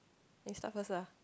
you start first lah